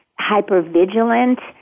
hypervigilant